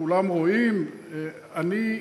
כולם רואים -- ואם לא?